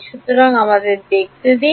সুতরাং আমাদের দেখতে দিন